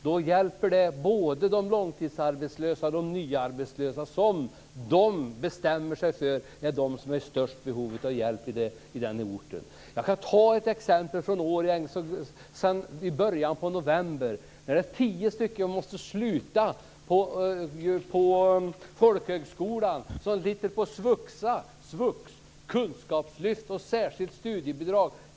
Då hjälper det både de långtidsarbetslösa och de som nyligen har blivit arbetslösa att man på arbetsförmedlingen bestämmer vilka som är i störst behov av hjälp på den orten. Jag kan nämna ett exempel från Årjäng i början av november. Tio personer fick sluta på folkhögskolan. De har svuxa och svux, de ingår i kunskapslyftet och har särskilt studiebidrag.